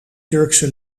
turkse